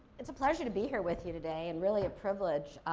it's a pleasure to be here with you today and really a privilege.